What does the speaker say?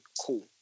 cool